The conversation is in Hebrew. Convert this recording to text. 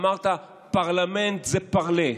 אמרת: פרלמנט זה parler,